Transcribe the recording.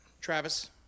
Travis